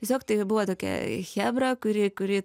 tiesiog tai jau buvo tokia chebra kuri kuri